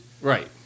Right